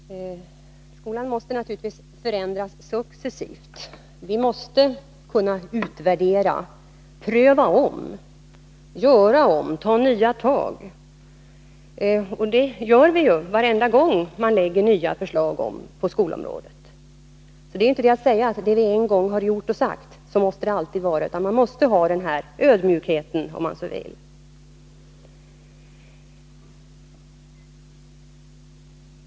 Herr talman! Skolan måste naturligtvis förändras successivt. Vi måste kunna utvärdera, pröva om, göra om, ta nya tag. Och det gör vi varje gång det framläggs nya förslag på skolområdet. Vi kan alltså inte säga att det alltid skall vara så som vi en gång har gjort och sagt. Den, låt mig kalla det ödmjukheten, måste vi ha.